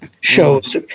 shows